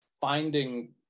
finding